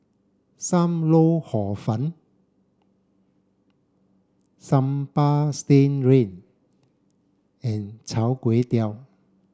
Sam Lau Hor Fun Sambal Stingray and Chai Kuay Tow